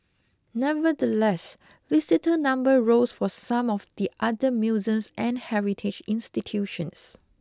nevertheless visitor numbers rose for some of the other museums and heritage institutions